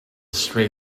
stray